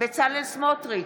סמוטריץ'